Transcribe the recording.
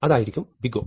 അതായിരിക്കും big O